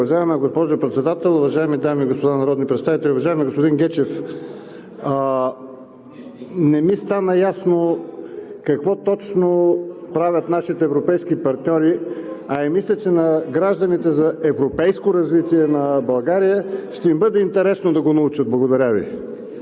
Уважаема госпожо Председател, уважаеми дами и господа народни представители! Уважаеми господин Гечев, не ми стана ясно какво точно правят нашите европейски партньори, а мисля, че на гражданите за европейско развитие на България ще им бъде интересно да го научат. Благодаря Ви.